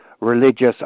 religious